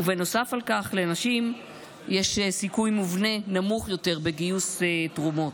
ונוסף על כך לנשים יש סיכוי מובנה נמוך יותר בגיוס תרומות.